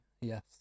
yes